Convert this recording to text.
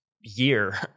year